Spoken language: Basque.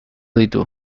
ditu